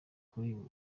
kuri